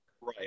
Right